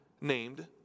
named